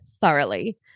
thoroughly